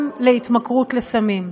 גם להתמכרות לסמים.